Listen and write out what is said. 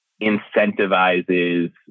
incentivizes